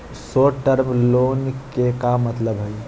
Short term loan के का मतलब हई?